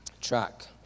track